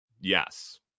Yes